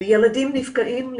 וילדים נפגעים,